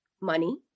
Money